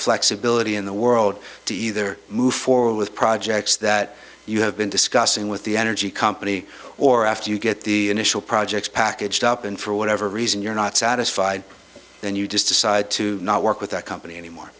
flexibility in the world to either move forward with projects that you have been discussing with the energy company or after you get the initial projects packaged up and for whatever reason you're not satisfied then you just decide to not work with that company anymore